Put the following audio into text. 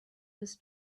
his